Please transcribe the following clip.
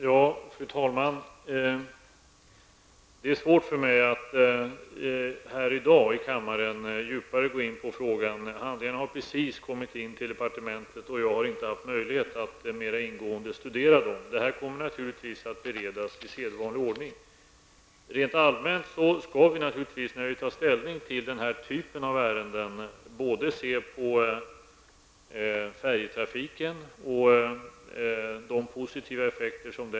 Fru talman! Det är svårt för mig att här i dag djupare gå in på frågan. Handlingarna har precis kommit till departementet, och jag har inte haft möjlighet att mera ingående studera dem. Ärendet kommer naturligtvis att beredas i sedvanlig ordning. Rent allmänt skall vi naturligtvis, när vi tar ställning till den här typen av ärenden, se på färjetrafiken och dess positiva effekter.